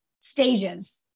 stages